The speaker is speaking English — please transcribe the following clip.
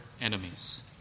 enemies